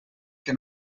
que